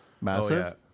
massive